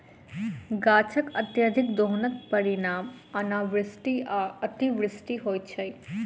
गाछकअत्यधिक दोहनक परिणाम अनावृष्टि आ अतिवृष्टि होइत छै